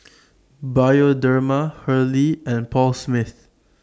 Bioderma Hurley and Paul Smith